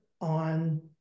on